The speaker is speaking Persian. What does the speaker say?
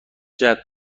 جهت